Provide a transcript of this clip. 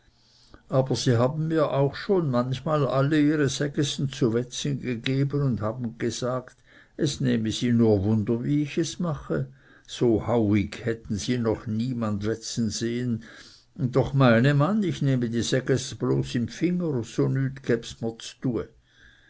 aber sie haben mir auch schon manchmal alle ihre segessen zu wetzen gegeben und haben gesagt es nehme sie nur wunder wie ich es mache so hauig hätten sie noch niemand wetzen sehen und doch meine man ich nehme die segesse bloß i dfinger